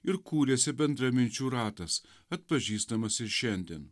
ir kūrėsi bendraminčių ratas atpažįstamas ir šiandien